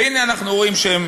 והנה אנחנו רואים שהם